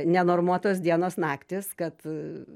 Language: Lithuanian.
nenormuotos dienos naktys kad